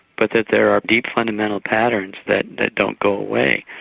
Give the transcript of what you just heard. but that there are deep fundamental patterns that that don't go away.